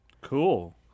Cool